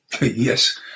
Yes